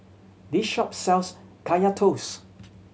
this shop sells Kaya Toast